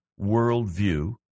worldview